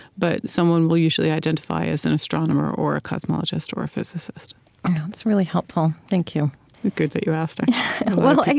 but someone will usually identify as an and astronomer or a cosmologist or a physicist that's really helpful. thank you good that you asked and well, and